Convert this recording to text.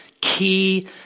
key